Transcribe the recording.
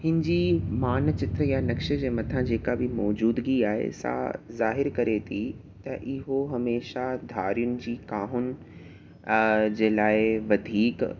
हिन जी मानचित यां नक्शे जे मथां जेका बि मौजदूगी आहे सा ज़ाहिरु करे थी त इहो हमेशह धारीन जी काहुन जे लाइ वधीक